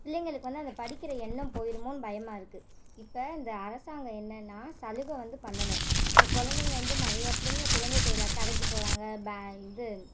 பிள்ளைங்களுக்கு வந்து அந்த படிக்கிற எண்ணம் போயிருமோன்னு பயமாக இருக்குது இப்போ இந்த அரசாங்கம் என்னன்னா சலுகை வந்து பண்ணணும் இப்போ குழந்தைங்க வந்து நிறையா பிள்ளைங்கள் குழந்தை தொழிலாளர் கடைக்கு போகிறாங்க ப இது